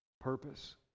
purpose